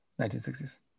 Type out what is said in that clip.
1960s